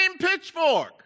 pitchfork